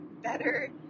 better